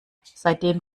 seitdem